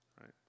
right